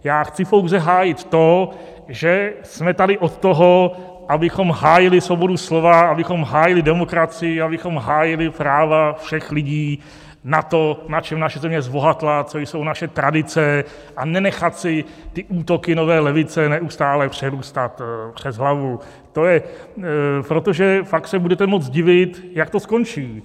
Já chci pouze hájit to, že jsme tady od toho, abychom hájili svobodu slova, abychom hájili demokracii, abychom hájili práva všech lidí na to, na čem naše země zbohatla a co jsou naše tradice, a nenechat si ty útoky nové levice neustále přerůstat přes hlavu, protože pak se budete moc divit, jak to skončí.